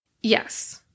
Yes